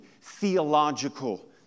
theological